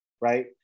right